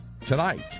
tonight